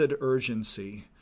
urgency